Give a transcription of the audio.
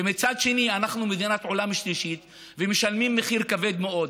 ומצד שני אנחנו מדינת עולם שלישי ומשלמים מחיר כבד מאוד.